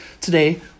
today